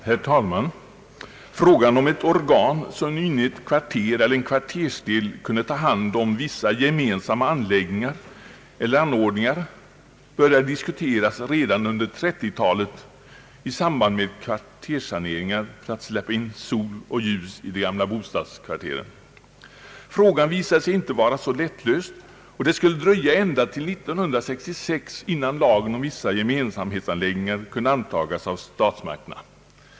Herr talman! Frågan om ett organ som inom ett kvarter eller en kvartersdel kunde ta hand om vissa gemensamma anläggningar eller anordningar började diskuteras redan under 1930 talet i samband med kvarterssaneringar för att släppa in sol och ljus i de gamla bostadskvarteren. Denna fråga visade sig inte vara så lättlöst, och det skulle dröja ända till 1966 innan lagen om vissa gemensamhetsanläggningar kunde antagas av statsmakterna.